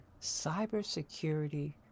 Cybersecurity